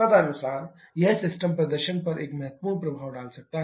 तदनुसार यह सिस्टम प्रदर्शन पर एक महत्वपूर्ण प्रभाव डाल सकता है